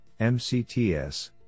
MCTS